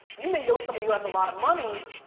you may know somebody who has a lot of money,